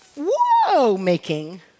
whoa-making